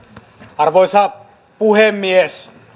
arvoisa puhemies